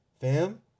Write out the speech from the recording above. fam